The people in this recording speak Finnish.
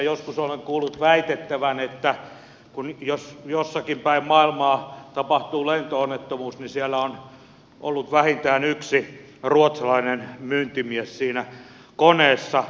joskus olen kuullut väitettävän että jos jossakin päin maailmaa tapahtuu lento onnettomuus niin siellä on ollut vähintään yksi ruotsalainen myyntimies siinä koneessa